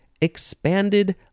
expanded